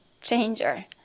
changer